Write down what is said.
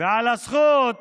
ועל הזכות